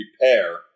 repair